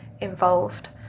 involved